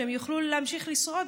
שהם יוכלו להמשיך לשרוד,